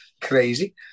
Crazy